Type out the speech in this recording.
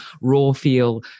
raw-feel